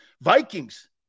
Vikings